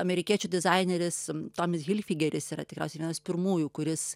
amerikiečių dizaineris tomis hilfigeris yra tikriausiai vienas pirmųjų kuris